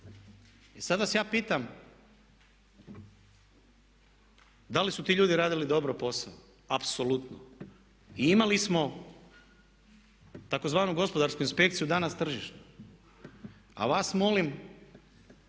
I sad vas ja pitam da li su ti ljudi radili dobro posao? Apsolutno! I imali smo tzv. Gospodarsku inspekciju, a danas tržišnu. A vas molim